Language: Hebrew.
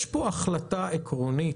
יש פה החלטה עקרונית,